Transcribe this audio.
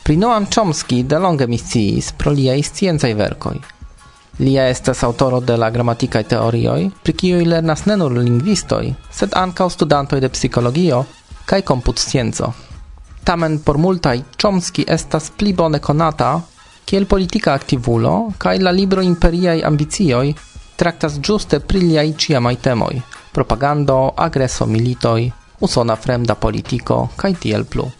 Pri Noam Chomsky delonge mi sciis pro liaj sciencaj verkoj. Lia estas autoro de La Gramatikaj Teorioj, pri kiuj lernas ne nur lingvistoj, sed ankaŭ studantoj de psikologio kaj komputscienco. Tamen por multaj Chomsky estas pli bone konata kiel politika aktivulo kaj la libro Imperiaj Ambicioj traktas ĝuste pri liaj ĉiamaj temoj: propagando, agreso, militoj, usona fremda politiko kaj tiel plu.